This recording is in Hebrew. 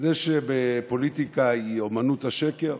זה שפוליטיקה היא אומנות השקר,